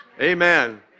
Amen